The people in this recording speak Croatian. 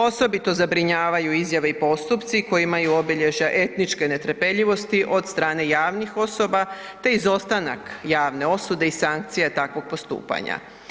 Osobito zabrinjavaju izjave i postupci koji imaju obilježja etničke netrpeljivosti od strane javnih osoba te izostanak javne osude i sankcija takvog postupanja.